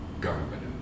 government